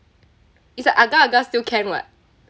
it's like agak agak still can [what]